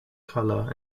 colour